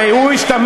הרי הוא השתמש,